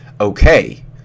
okay